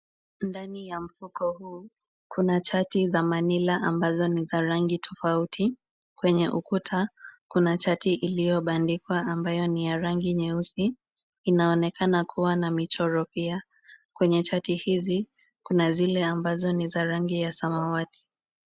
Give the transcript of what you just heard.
Ndani ya mfuko huu kuna chati za manila ambazo ni za rangi tofauti kwenye ukuta kuna chati iliyobandikwa ambayo ni ya rangi nyeusi. Inaonekana kuwa na michoro pia. Kwenye chati hizi kuna zile ambazo ni za rangi ya samawati.